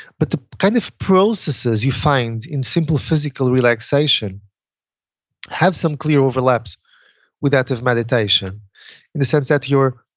but the kind of processes you find in simple physical relaxation have some clear overlaps with that of meditation in the sense that you're,